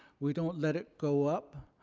we don't let it go up.